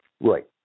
Right